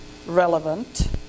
Relevant